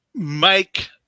make